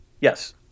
Yes